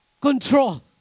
control